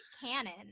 Cannon